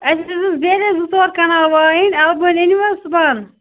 اَسہِ زٕ ژور کنال وایِن اَلہٕ بٲنۍ أنِو حظ صُبحَن